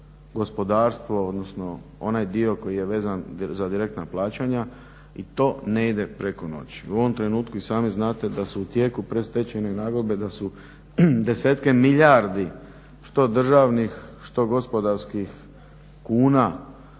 gospodarstvo, odnosno onaj dio koji je vezan za direktna plaćanja. I to ne ide preko noći. U ovom trenutku i sami znati da su u tijeku predstečajne nagodbe, da su desetke milijardi što državnih, što gospodarskih kuna